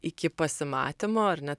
iki pasimatymo ar ne